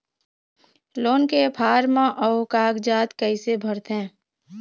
Loan के form अऊ कागजात कइसे भरथें?